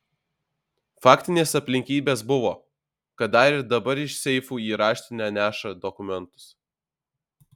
faktinės aplinkybės buvo kad dar ir dabar iš seifų į raštinę neša dokumentus